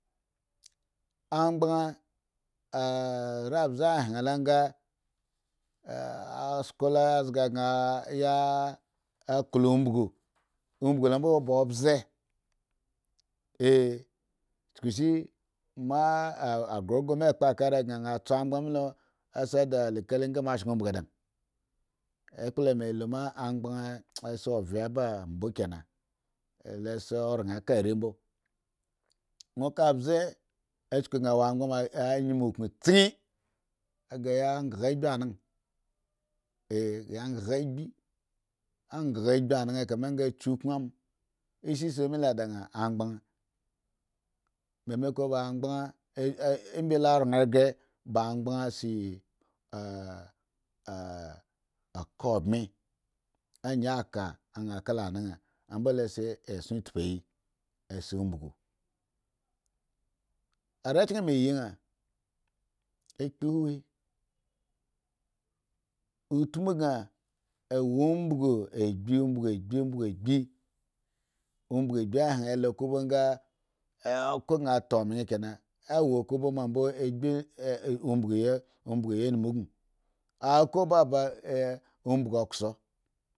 Angban hwenlo anga asko lo zga gan a klo umbagu umbugu lo mbo ba obze ayrogro akpo akara gan anga tso anghan mi le di alkalinga mo shen ubugu di nga akpla melu ma cogban se ovye di mbo kina logi oran ka ari mbo won ka abze kanga wo angban ma ayme guntsing ghenya nkra agbi ana anhura agbi ana jami lo a chukan amo ishi seme lo di an angban ibi oran ghre ba cengban si oka mbi ajin aka an kaka ana mubo lose eson tyuyi are chen me yi nga a kpu huhi utmu gan a wo umbugo umbugo abbi umbugo agbi okogan ataomina a hwen ela kobo anga oko gan a taoming chena awo kobo mambo ombugo ombugo ya numu oboh a kobo aba.